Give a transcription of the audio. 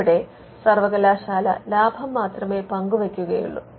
അവിടെ സർവ്വകലാശാല ലാഭം മാത്രമേ പങ്കുവയ്ക്കുകയുള്ളൂ